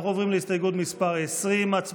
אנחנו עוברים להסתייגות מס' 20. הצבעה.